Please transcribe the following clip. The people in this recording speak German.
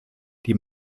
die